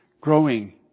growing